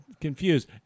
confused